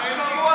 ביום שהתחלפנו.